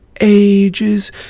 ages